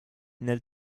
nel